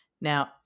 Now